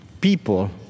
people